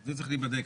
זה צריך להיבדק.